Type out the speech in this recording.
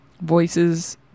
voices